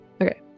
Okay